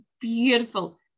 beautiful